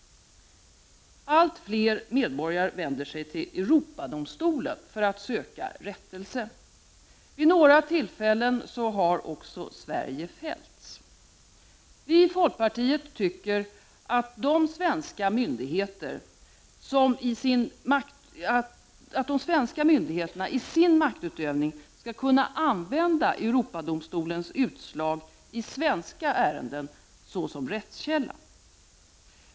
Allt fler medborgare vänder sig till Europadomstolen för att söka rättelse. Vid några tillfällen har också Sverige fällts. Vi i folkpartiet tycker att de svenska myndigheterna i sin myndighetsutövning skall kunna använda Europadomstolens utslag som rättskälla i svenska ärenden.